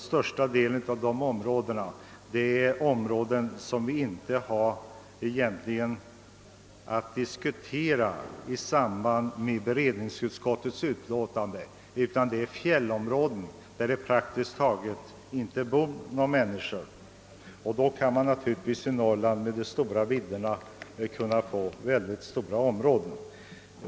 Största delen av dessa områden har vi emellertid inte anledning att diskutera i samband med allmänna beredningsutskottets utlåtande; det är nämligen fråga om fjällområden där det praktiskt taget inte bor några människor. I Norrland, där det finns så stora vidder, blir det naturligtvis alltid fråga om väldiga områden.